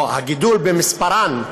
או הגידול במספרן,